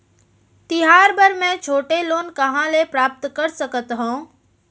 तिहार बर मै छोटे लोन कहाँ ले प्राप्त कर सकत हव?